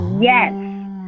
Yes